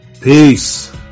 Peace